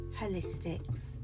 Holistics